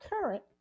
Current